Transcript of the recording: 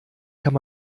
kann